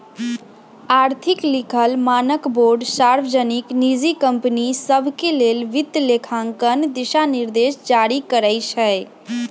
आर्थिक लिखल मानकबोर्ड सार्वजनिक, निजी कंपनि सभके लेल वित्तलेखांकन दिशानिर्देश जारी करइ छै